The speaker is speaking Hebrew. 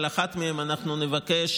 ועל אחת מהן אנחנו נבקש,